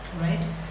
right